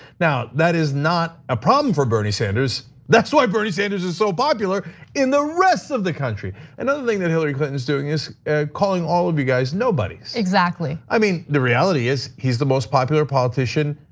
now that is not a problem for bernie sanders. that's why bernie sanders is so popular in the rest of the country. another thing that hillary clinton is doing is calling all of you guys, nobodies. exactly. i mean, the reality is he's the most popular politician,